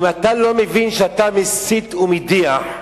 אם אתה לא מבין שאתה מסית ומדיח,